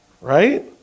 right